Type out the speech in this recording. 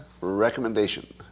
recommendation